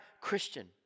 Christian